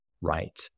right